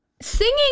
Singing